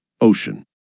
Ocean